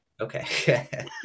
Okay